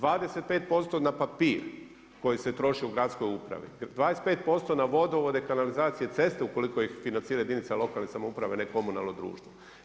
25% na papir koji se troši u gradskoj upravi, 25% na vodovode, kanalizacije i ceste ukoliko ih financiraju jedinice lokalne samouprave, ne komunalno društvo.